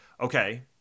Okay